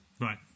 Right